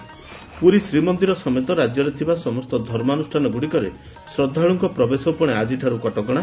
ପୁରୀ ଶ୍ରୀମନ୍ଦିର ସମେତ ରାଜ୍ୟରେ ଥିବା ସମସ୍ତ ଧର୍ମାନୁଷାନ ଗୁଡ଼ିକରେ ଶ୍ରଦ୍ଧାଳୁଙ୍କ ପ୍ରବେଶ ଉପରେ ଆକିଠାରୁ କଟକଣା